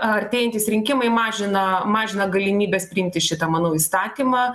artėjantys rinkimai mažina mažina galimybes priimti šitą manau įstatymą